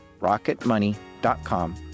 rocketmoney.com